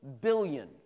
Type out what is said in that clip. billion